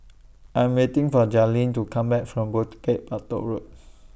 I'm waiting For Jazlene to Come Back from Bukit Batok Road